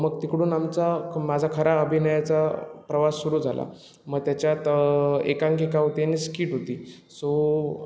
मग तिकडून आमचा माझा खरा अभिनयाचा प्रवास सुरु झाला मग त्याच्यात एकांकिका होती आणि स्किट होती सो